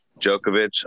Djokovic